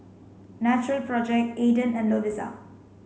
natural project Aden and Lovisa